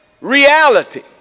reality